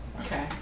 Okay